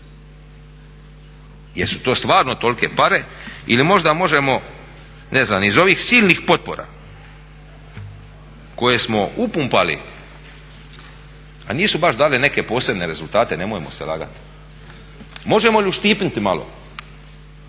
Jesu to stvarno tolike pare ili možda možemo ne znam iz ovih silnih potpora koje smo upumpali a nisu baš dale neke posebne rezultate, nemojmo se lagati, možemo li uštipnuti malo,